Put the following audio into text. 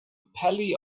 paley